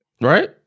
Right